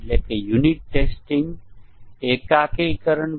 ચાલો જોઈએ કે નીચેનું ટેસ્ટીંગ કેવી રીતે કાર્ય કરશે